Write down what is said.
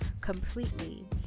completely